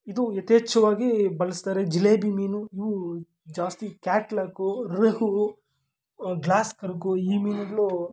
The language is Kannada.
ಇದು ಯಥೇಚ್ಛವಾಗಿ ಬಳಸ್ತಾರೆ ಜಿಲೇಬಿ ಮೀನು ಇವು ಜಾಸ್ತಿ ಕ್ಯಾಟ್ಲಕ್ಕು ರಹು ಗ್ಲಾಸ್ ಕರ್ಕು ಈ ಮೀನುಗಳು